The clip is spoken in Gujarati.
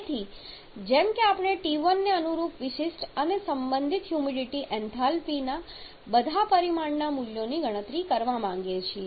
તેથી જેમ કે આપણે T1 ને અનુરૂપ વિશિષ્ટ અને સંબંધિત હ્યુમિડિટી એન્થાલ્પી ના બધા પરિમાણના મૂલ્યોની ગણતરી કરવા માંગીએ છીએ